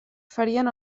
farien